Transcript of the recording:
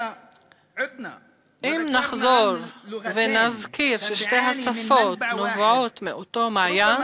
אם נחזור ונזכיר ששתי השפות נובעות מאותו מעיין,